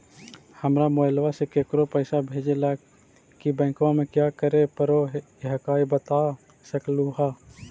हमरा मोबाइलवा से केकरो पैसा भेजे ला की बैंकवा में क्या करे परो हकाई बता सकलुहा?